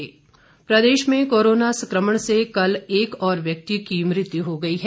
corona प्रदेश में corona संक्रमण से कल एक और व्यक्ति की मृत्यु हो गई है